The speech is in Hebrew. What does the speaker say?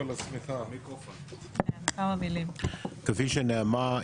כפי שנאמר,